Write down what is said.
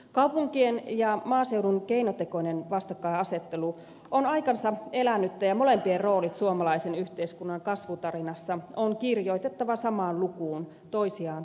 kaupunkien ja maaseudun keinotekoinen vastakkainasettelu on aikansa elänyttä ja molempien roolit suomalaisen yhteiskunnan kasvutarinassa on kirjoitettava samaan lukuun toisiaan täydentäen